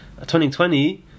2020